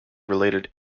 related